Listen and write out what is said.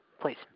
please